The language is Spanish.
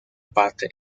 parte